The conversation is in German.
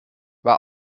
war